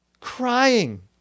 crying